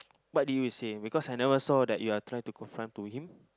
what did you say because I never saw that you are try to confront to him